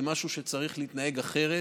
זה משהו שצריך להתנהג בו אחרת.